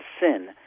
sin